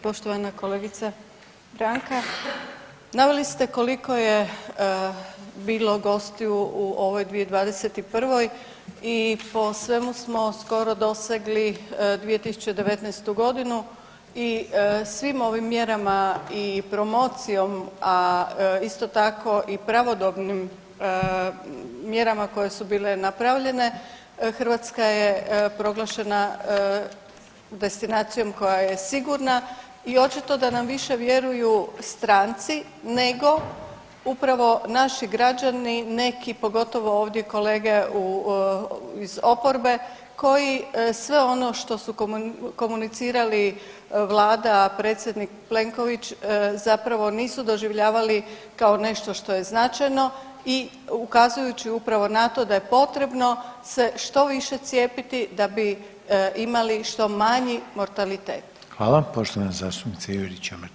Poštovana kolegice Branka naveli ste koliko je bilo gostiju u ovoj 2021. i po svemu smo skoro dosegli 2019. godinu i svim ovim mjerama i promocijom, a isto tako i pravodobnim mjerama koje su bile napravljene Hrvatska je proglašena destinacijom koja je sigurna i očito da nam više vjeruju stranci nego upravo naši građani neki pogotovo ovdje kolege iz oporbe koji sve ono što su komunicirali Vlada, predsjednik Plenković zapravo nisu doživljavali kao nešto što je značajno i ukazujući upravo na to da je potrebno se što više cijepiti da bi imali što manji mortalitet.